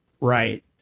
Right